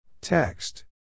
Text